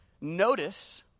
notice